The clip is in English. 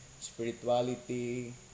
spirituality